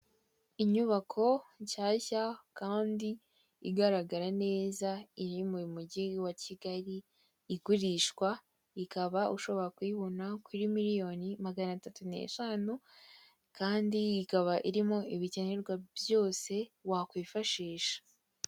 Inyubako nshyashya kandi igaragara neza iri mu mujyi wa Kigali igurishwa ikaba ushobora kuyibona kuri miliyoni magana atatu n'eshanu kandi ikaba irimo ibikenerwa byose wakwifashisha.